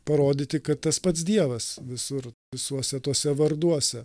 parodyti kad tas pats dievas visur visuose tuose varduose